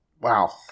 wow